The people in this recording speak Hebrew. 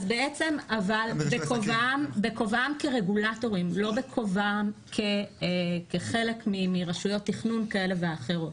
אבל בכובעם של רגולטורים לא בכובעם כחלק מרשויות תכנון כאלה ואחרות.